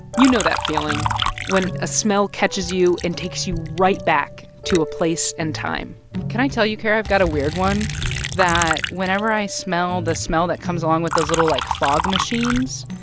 you know that feeling when a smell catches you and takes you right back to a place and time can i tell you, kara? i've got a weird one that whenever i smell the smell that comes along with those little, like, fog machines,